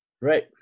Right